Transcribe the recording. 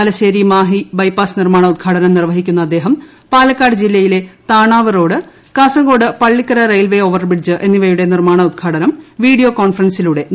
Thalassery Mahe bypass നിർമ്മാണ ഉദ്ഘാടനം നിർവ്വഹിക്കുന്നു ൽദ്ദേഹം പാലക്കാട് ജില്ല യിലെ Thanavu road Kasaragod Pallikkara railway overbridge എന്നിവയുടെ ് നീർമ്മാണോദ്ഘാടനം വീഡിയോ കോൺഫറൻസിലൂടെ നിർപ്പഹിക്കും